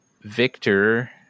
Victor